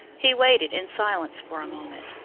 he waited in silence for a moment,